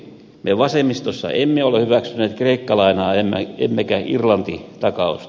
me vasemmistossa emme ole hyväksyneet kreikka lainaa emmekä irlanti takausta